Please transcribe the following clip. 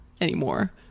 Anymore